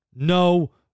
No